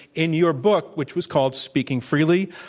in your book, which was called, speaking freely,